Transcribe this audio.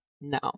No